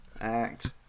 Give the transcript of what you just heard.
act